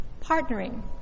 partnering